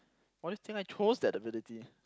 what you think I chose that ability